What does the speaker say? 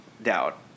Doubt